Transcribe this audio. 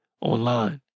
online